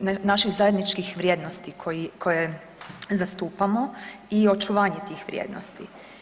naših zajedničkih vrijednosti koje zastupamo i očuvanje tih vrijednosti.